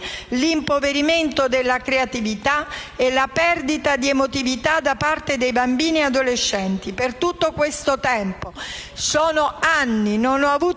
l'impoverimento della creatività e la perdita di emotività da parte di bambini ed adolescenti. Per tutto questo tempo - sono anni - non ho avuto